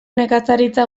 nekazaritza